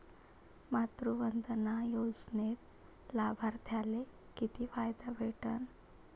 मातृवंदना योजनेत लाभार्थ्याले किती फायदा भेटन?